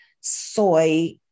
soy